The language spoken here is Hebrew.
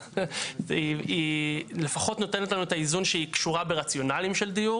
היא לפחות נותנת לנו את האיזון שהיא קשורה ברציונלים של דיור